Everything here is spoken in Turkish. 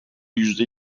yüzde